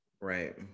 Right